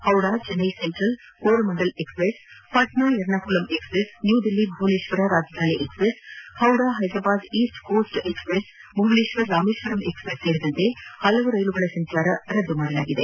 Howrah Chennai central Coromandel express ಪಾರ್ಟ್ನಾ ಯರ್ನಾಕುಲಂ express New Delhi Bhubaneswar ರಾಜಧಾನಿ express Howrah Hyderabad East coast express Bhubaneswar Rameswaram express ಸೇರಿದಂತೆ ಹಲವು ರೈಲುಗಳ ಸಂಚಾರ ರದ್ದು ಮಾಡಲಾಗಿದೆ